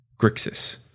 Grixis